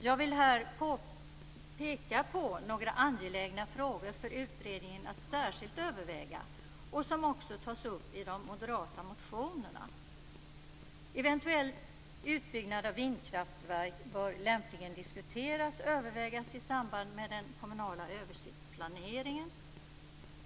Jag vill här peka på några angelägna frågor för utredningen att särskilt överväga, vilka också tas upp i de moderata motionerna. Eventuell utbyggnad av vindkraftverk bör lämpligen diskuteras och övervägas i samband med den kommunala översiktsplaneringen.